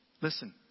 Listen